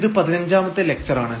ഇത് പതിനഞ്ചാമത്തെ ലക്ച്ചർ ആണ്